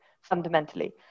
fundamentally